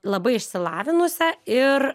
labai išsilavinusią ir